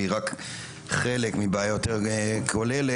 והיא רק חלק מבעיה יותר כוללת,